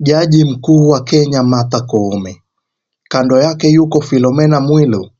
Jaji mkuu wa Kenya Martha Koome. Kando yake yuko Philomena Mwilu